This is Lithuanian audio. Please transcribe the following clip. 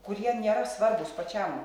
kurie nėra svarbūs pačiam